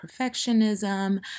perfectionism